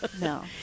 No